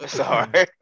sorry